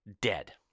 dead